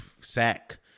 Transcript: sack